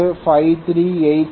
8 மற்றும் 6351 635110IasinΦ53865